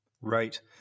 Right